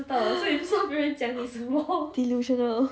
delusional